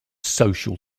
social